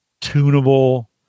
tunable